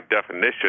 definition